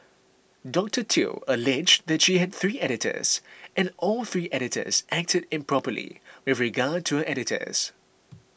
Dr Theo alleged that she had three editors and all three editors acted improperly with regard to her articles